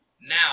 now